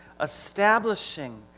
establishing